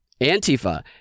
antifa